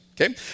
Okay